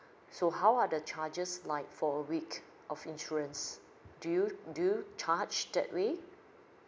so how are the charges like for a week of insurance do you do you charge that way